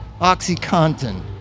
Oxycontin